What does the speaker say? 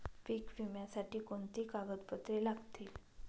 पीक विम्यासाठी कोणती कागदपत्रे लागतील?